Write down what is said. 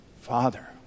Father